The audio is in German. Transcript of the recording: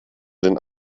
den